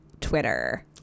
twitter